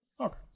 Okay